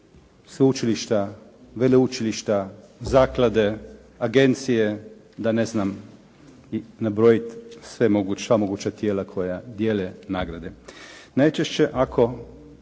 Sveučilišta, veleučilišta, zaklade, agencije ne znam nabrojiti sva moguća tijela koje dijele nagrade.